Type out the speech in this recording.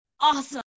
Awesome